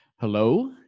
hello